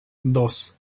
dos